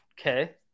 Okay